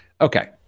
Okay